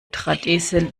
drahtesel